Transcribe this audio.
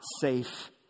safe